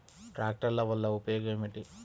ట్రాక్టర్ల వల్ల ఉపయోగం ఏమిటీ?